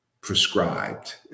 prescribed